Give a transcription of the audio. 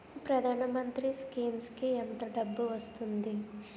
ప్రధాన మంత్రి స్కీమ్స్ కీ ఎంత డబ్బు వస్తుంది?